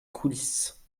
coulisse